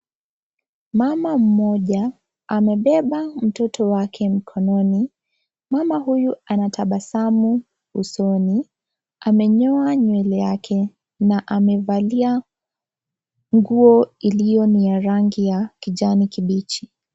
Mama mmoja amebeba mtoto wake mkononi. Mama huyu ana tabasamu usoni, amenyoa nywele yake na amevalia nguo iliyo ni ya rangi ya kijani kibichi.